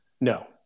No